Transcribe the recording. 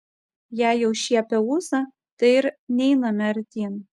jei jau šiepia ūsą tai ir neiname artyn